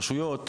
רשויות,